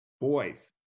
boys